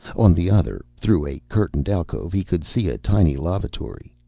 on the other, through a curtained alcove, he could see a tiny lavatory.